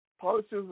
Policies